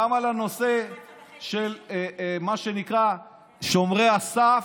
גם על הנושא של מה שנקרא שומרי הכסף.